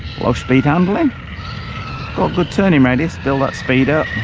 low speed handling got a good turning radius build that speed up